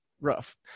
rough